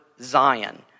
Zion